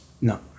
no